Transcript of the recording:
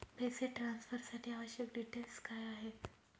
पैसे ट्रान्सफरसाठी आवश्यक डिटेल्स काय आहेत?